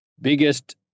biggest